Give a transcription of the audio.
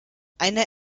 eine